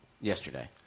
Yesterday